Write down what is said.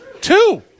Two